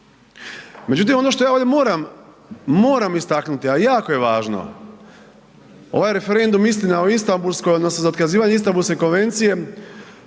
Međutim, ono što ja ovdje moram, moram istaknuti, a jako je važno, ovaj referendum istina o Istambulskoj odnosno za otkazivanje Istambulske konvencije